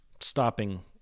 stopping